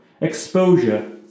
Exposure